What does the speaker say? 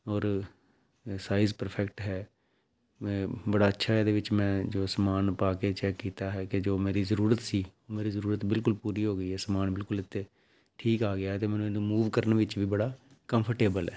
ਔਰ ਅ size perfect ਹੈ ਮੈਂ ਬੜਾ ਅੱਛਾ ਇਹਦੇ ਵਿੱਚ ਮੈਂ ਜੋ ਸਮਾਨ ਪਾ ਕੇ ਚੈੱਕ ਕੀਤਾ ਹੈ ਕਿ ਜੋ ਮੇਰੀ ਜ਼ਰੂਰਤ ਸੀ ਮੇਰੀ ਜ਼ਰੂਰਤ ਬਿਲਕੁਲ ਪੂਰੀ ਹੋ ਗਈ ਹੈ ਸਮਾਨ ਬਿਲਕੁਲ ਇਹ 'ਤੇ ਠੀਕ ਆ ਗਿਆ ਅਤੇ ਮੈਨੂੰ ਇਹਨੂੰ ਮੂਵ ਕਰਨ ਵਿੱਚ ਵੀ ਬੜਾ ਕੰਫਰਟੇਬਲ ਹੈ